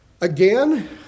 Again